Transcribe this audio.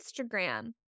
Instagram